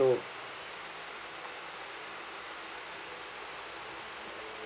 so